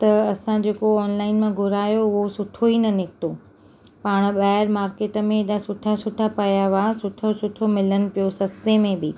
त असां जेको ऑनलाइन मां घुरायो उहो सुठो ई न निकितो पाण ॿाहिरि मार्केट में ऐॾा सुठा सुठा पिया हुआ सुठो सुठो मिलनि पियो सस्ते में बि